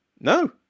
no